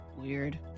weird